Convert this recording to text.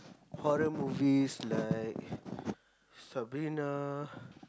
horror movies like Sabrina